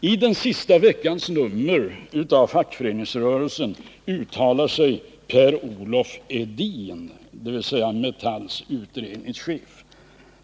I den senaste veckans nummer av Fackföreningsrörelsen uttalar sig Per Olof Edin, dvs. Metalls utredningschef.